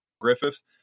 Griffiths